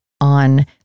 on